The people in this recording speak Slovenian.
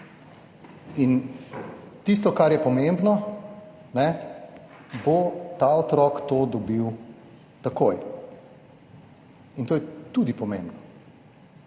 In tisto, kar je pomembno, bo ta otrok to dobil takoj. To je tudi pomembno.